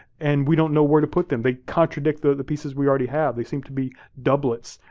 and we don't know where to put them, they contradict the pieces we already have. they seem to be doublets.